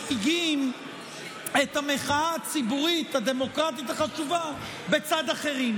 או מנהיגים את המחאה הציבורית הדמוקרטית החשובה לצד אחרים.